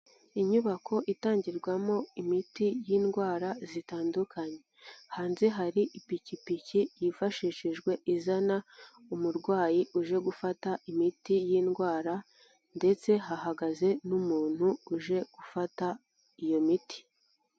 Inyubako itangirwamo imiti y'indwara zitandukanye, hanze hari ipikipiki yifashishijwe izana umurwayi uje gufata imiti y'indwara ndetse hahagaze n'umuntu uje gufata iyo miti.